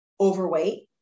overweight